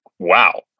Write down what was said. wow